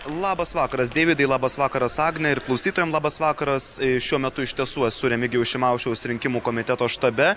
labas vakaras deividai labas vakaras agne ir klausytojam labas vakaras šiuo metu iš tiesų esu remigijaus šimašiaus rinkimų komiteto štabe